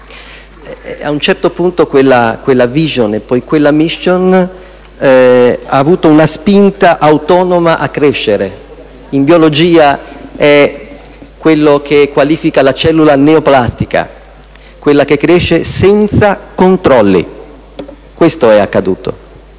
desiderato e voluto - e quella *mission* hanno avuto una spinta autonoma a crescere: in biologia è ciò che qualifica la cellula neoplastica, quella che cresce senza controlli. Questo è accaduto.